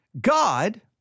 God